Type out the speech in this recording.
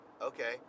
okay